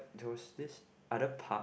there was this other park